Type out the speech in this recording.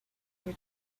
your